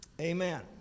amen